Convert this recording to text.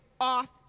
off